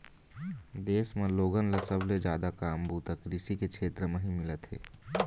देश म लोगन ल सबले जादा काम बूता कृषि के छेत्र म ही मिलत हे